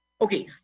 Okay